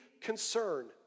concern